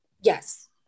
Yes